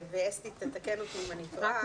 ואסתי תתקן אותי אם אני טועה.